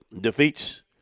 defeats